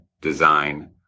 design